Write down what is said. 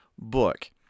book